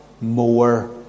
more